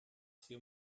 sie